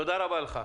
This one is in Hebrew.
תודה רבה לך.